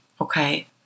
okay